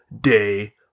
day